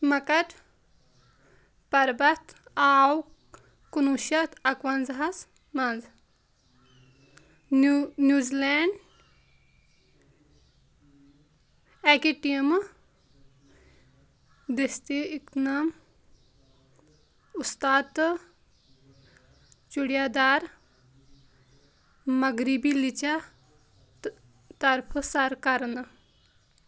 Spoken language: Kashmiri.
مکٹ پربت آو کُنہٕ وُہ شَتھ اکہٕ وَنزاہَس منٛز نیوٗ نیوٗ زِلینٛڈ اَكہِ ٹیٖمہٕ دٔستہِ اِكنَم اُستادٕ تہٕ چُڑیہ دار مغرِبی لِچہ تہٕ طرفہٕ سر كرنہٕ